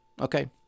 okay